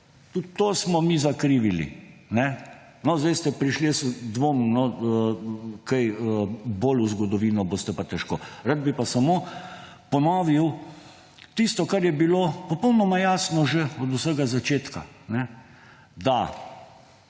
Tudi to smo mi zakrivili, kajne. No, zdaj ste prišli, jaz dvomim, no, kaj bolj v zgodovino boste pa težko. Rad bi pa samo ponovil tisto, kar je bilo popolnoma jasno že od vsega začetka – da